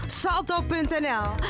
salto.nl